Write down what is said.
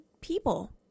people